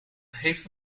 heeft